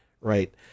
right